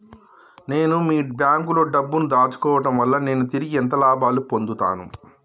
నేను మీ బ్యాంకులో డబ్బు ను దాచుకోవటం వల్ల నేను తిరిగి ఎంత లాభాలు పొందుతాను?